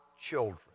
children